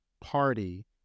party